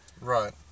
Right